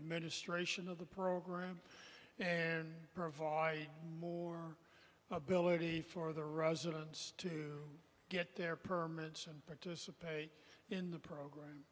administration of the program and provide more ability for the residents to get their permits and participate in the program